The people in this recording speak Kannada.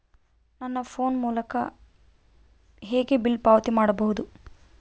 ನನ್ನ ಫೋನ್ ಮೂಲಕ ಹೇಗೆ ಬಿಲ್ ಪಾವತಿ ಮಾಡಬಹುದು?